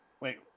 Wait